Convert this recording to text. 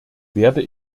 werde